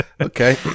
Okay